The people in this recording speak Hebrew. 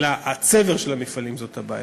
אלא הצבר של המפעלים הוא הבעיה,